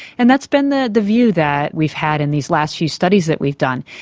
and that's been the the view that we've had in these last few studies that we've done,